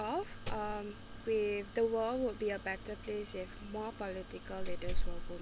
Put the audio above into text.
off um with the world would be a better place if more political leaders will